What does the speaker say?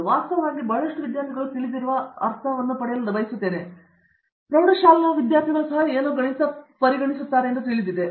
ನಾನು ವಾಸ್ತವವಾಗಿ ಬಹಳಷ್ಟು ವಿದ್ಯಾರ್ಥಿಗಳು ತಿಳಿದಿರುವ ಅರ್ಥವನ್ನು ಪಡೆಯಲು ಬಯಸುತ್ತೇನೆ ನಿಮಗೆ ಮುಗಿಸಲು ಪ್ರೌಢಶಾಲಾ ವಿದ್ಯಾರ್ಥಿಗಳು ಸಹ ಏನೋ ಗಣಿತ ಪರಿಗಣಿಸುತ್ತಾರೆ ಎಂದು ಸಹ ತಿಳಿದಿದೆ